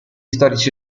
storici